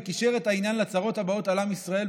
וקישר את העניין לצרות הבאות על עם ישראל,